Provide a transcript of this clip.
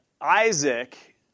Isaac